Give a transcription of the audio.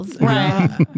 Right